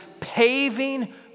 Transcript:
paving